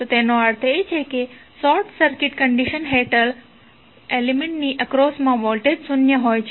તો તેનો અર્થ એ છે કે શોર્ટ સર્કિટ કંડિશન હેઠળ એલિમેન્ટ્ની એક્રોસ મા વોલ્ટેજ શૂન્ય હશે